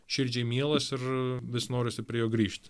širdžiai mielas ir vis norisi prie jo grįžt